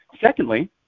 Secondly